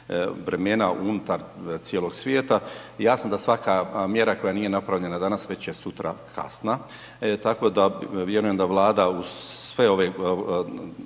vremena unutar cijelog svijeta, jasno da svaka mjera koja nije napravljena danas već je sutra kasna, tako da vjerujem da Vlada uz sve ove